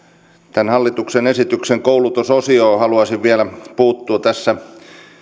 hallituksen esityksen koulutusosioon haluaisin vielä puuttua tässä